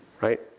right